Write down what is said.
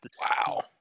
Wow